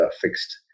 fixed